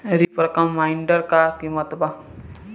Reaper combiner का किमत बा?